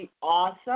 awesome